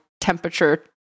temperature